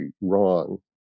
wrong